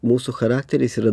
mūsų charakteris yra